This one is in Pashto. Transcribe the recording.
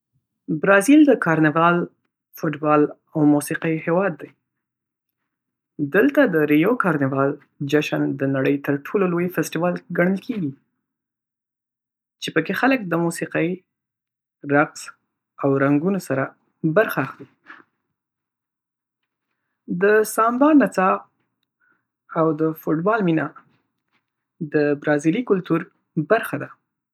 برازیل د کارنیوال، فوټبال او موسیقۍ هېواد دی. دلته د "ریو کارنیوال" جشن د نړۍ تر ټولو لوی فستیوال ګڼل کېږي، چې پکې خلک د موسیقۍ، رقص او رنګونو سره برخه اخلي. د سامبا نڅا او د فټبال مینه د برازیلي کلتور برخه ده.